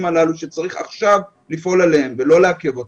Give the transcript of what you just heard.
הללו שצריך עכשיו לפעול לגביהם ולא לעכב אותם.